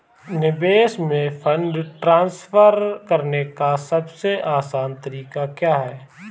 विदेश में fund transfer करने का सबसे आसान तरीका क्या है?